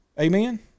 Amen